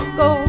go